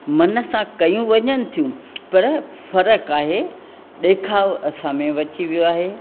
मन सां कयूं वञनि थियूं पर फ़र्क़ु आहे ॾेखाव असां में बि अची वियो आहे